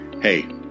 Hey